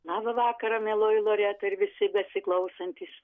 labą vakarą mieloji loreta ir visi besiklausantys